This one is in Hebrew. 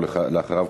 אחריו,